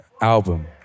album